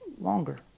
longer